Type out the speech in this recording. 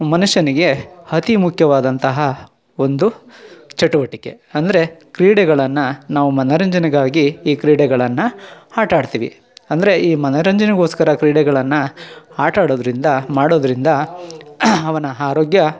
ಮನುಷ್ಯನಿಗೆ ಅತೀ ಮುಖ್ಯವಾದಂತಹ ಒಂದು ಚಟುವಟಿಕೆ ಅಂದರೆ ಕ್ರೀಡೆಗಳನ್ನು ನಾವು ಮನರಂಜನೆಗಾಗಿ ಈ ಕ್ರೀಡೆಗಳನ್ನು ಆಟ ಆಡ್ತೀವಿ ಅಂದರೆ ಈ ಮನರಂಜನೆಗೋಸ್ಕರ ಕ್ರೀಡೆಗಳನ್ನು ಆಟ ಆಡೋದ್ರಿಂದ ಮಾಡೋದ್ರಿಂದ ಅವನ ಆರೋಗ್ಯ